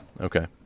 okay